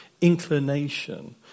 inclination